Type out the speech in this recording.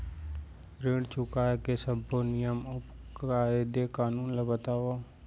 ऋण चुकाए के सब्बो नियम अऊ कायदे कानून ला बतावव